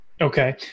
Okay